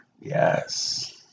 yes